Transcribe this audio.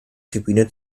tribüne